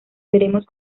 veremos